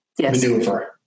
maneuver